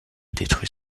détruit